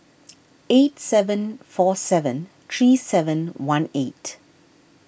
eight seven four seven three seven one eight